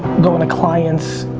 going to clients.